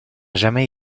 jamais